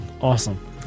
Awesome